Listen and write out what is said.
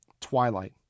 Twilight